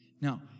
Now